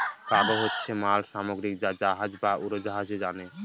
cargo হচ্ছে মাল সামগ্রী যা জাহাজ বা উড়োজাহাজে আনে